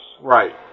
Right